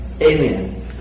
Amen